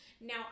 Now